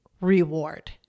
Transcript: reward